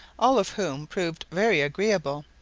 all of whom proved very agreeable,